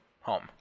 home